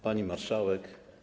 Pani Marszałek!